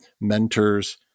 mentors